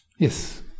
Yes